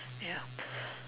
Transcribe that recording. yup uh